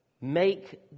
make